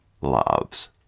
loves